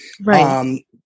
Right